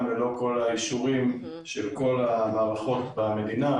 ללא כל האישורים של כל המערכות במדינה,